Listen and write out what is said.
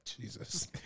Jesus